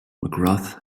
mcgrath